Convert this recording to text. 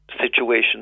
Situation